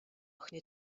охины